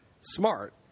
smart